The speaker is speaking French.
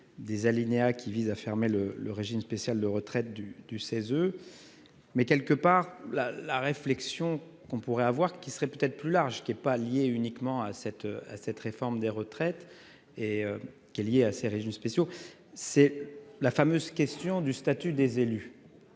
Des alinéas qui vise à fermer le le régime spécial de retraite du du 16. Mais quelque part la la réflexion qu'on pourrait avoir, qui serait peut-être plus large qui est pas liée uniquement à cette à cette réforme des retraites et qui est liée à ces régimes spéciaux. C'est la fameuse question du statut des élus.